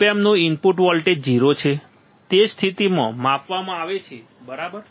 ઓપ એમ્પનું input voltage 0 છે તે સ્થિતિમાં માપવામાં આવે છે બરાબર